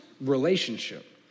relationship